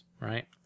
Right